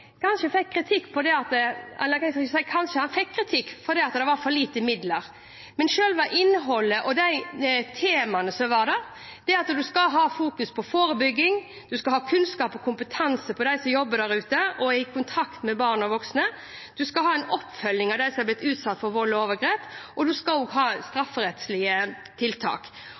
fikk kritikk fordi det var for lite midler. Men selve innholdet og temaene som var der – at man skal fokusere på forebygging, at de som jobber der ute og er i kontakt med barn og voksne, skal ha kunnskap og kompetanse, at man skal ha en oppfølging av dem som er blitt utsatt for vold og overgrep, og at man skal ha strafferettslige tiltak